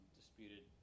disputed